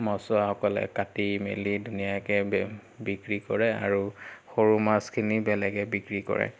মাছুৱাসকলে কাটি মেলি ধুনীয়াকৈ বে বিক্ৰী কৰে আৰু সৰু মাছখিনি বেলেগে বিক্ৰী কৰে